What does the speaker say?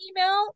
email